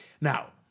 Now